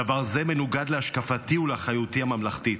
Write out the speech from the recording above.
דבר זה מנוגד להשקפתי ולאחריותי הממלכתית".